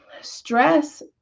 stress